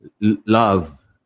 love